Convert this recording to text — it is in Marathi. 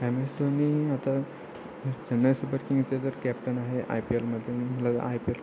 एम एस धोनी आता चेन्नई सुपरकिंगचं जर कॅप्टन आहे आय पी एलमध्ये मला आय पी एल